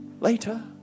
Later